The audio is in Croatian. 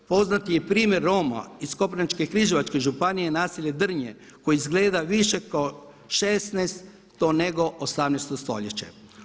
Poznati je primjer Roma iz Koprivničko-križevačke županije naselje Drnje koje izgleda više kao 16. nego 18. stoljeće.